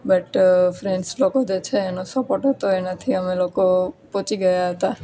but friends લોકો તો છે એનો સપોર્ટ હતો એનાથી અમે લોકો પહોંચી ગયા હતા